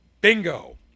Bingo